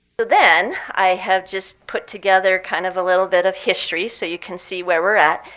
then, i have just put together kind of a little bit of history so you can see where we're at.